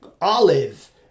olive